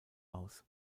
aus